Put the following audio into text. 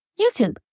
YouTube